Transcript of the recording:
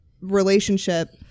relationship